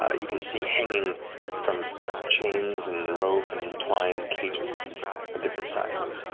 you can see hanging from chains and rope and twine, cages of different sizes,